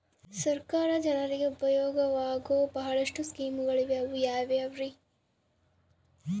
ಸರ್ಕಾರ ಜನರಿಗೆ ಉಪಯೋಗವಾಗೋ ಬಹಳಷ್ಟು ಸ್ಕೇಮುಗಳಿವೆ ಅವು ಯಾವ್ಯಾವ್ರಿ?